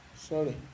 sorry